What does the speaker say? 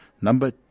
number